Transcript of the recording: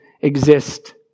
exist